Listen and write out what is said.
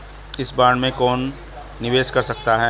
इस बॉन्ड में कौन निवेश कर सकता है?